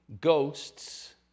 ghosts